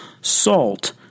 salt